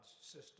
system